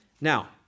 Now